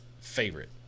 favorite